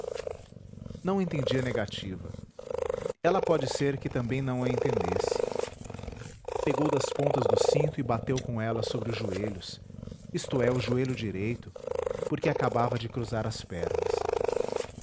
não entendi a negativa ela pode ser que também não a entendesse pegou das pontas do cinto e bateu com elas sobre os joelhos isto é o joelho direito porque acabava de cruzar as pernas